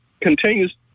continues